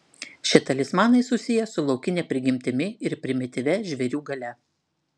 šie talismanai susiję su laukine prigimtimi ir primityvia žvėrių galia